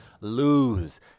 Lose